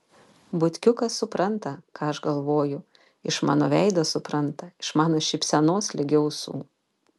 butkiukas supranta ką aš galvoju iš mano veido supranta iš mano šypsenos ligi ausų